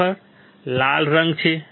wafer લાલ રંગ છે